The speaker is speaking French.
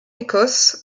écosse